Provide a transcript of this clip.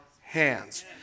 hands